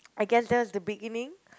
I guess just the beginning